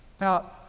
Now